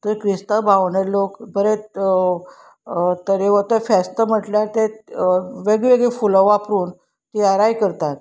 थंय क्रिस्तांव भावंडां लोक बरे तरेन तरेन फेस्त म्हटल्यार ते वेगवेगळीं फुलां वापरून तियाराय करतात